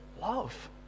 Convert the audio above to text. love